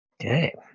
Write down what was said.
Okay